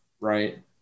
right